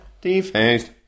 defaced